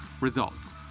results